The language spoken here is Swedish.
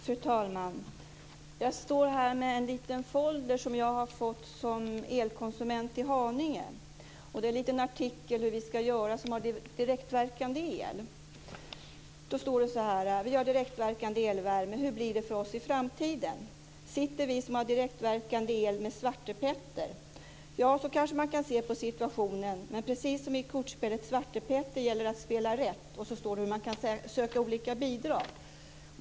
Fru talman! Jag står här med en liten folder som jag har fått som elkonsument i Haninge. Det är en liten artikel om hur vi som har direktverkande el skall göra. Det står så här: Vi har direktverkande elvärme. Hur blir det för oss i framtiden? Sitter vi som har direktverkande el med Svarte Petter? Ja, så kanske man kan se på situationen, men precis som i kortspelet Svarte Petter gäller det att spela rätt. Sedan står det hur man kan söka olika bidrag.